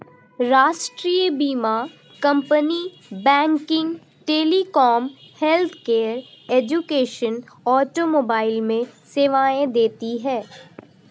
राष्ट्रीय बीमा company banking, telecom, healthcare, education, automobile में सेवाएं देती है